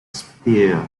spears